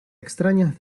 extrañas